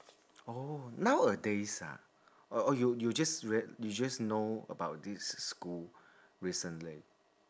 oh nowadays ah oh oh you you just read you just know about this school recently